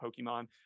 pokemon